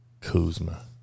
Kuzma